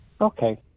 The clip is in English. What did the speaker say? Okay